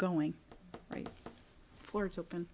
going right for its open